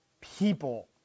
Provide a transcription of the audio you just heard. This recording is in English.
people